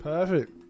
Perfect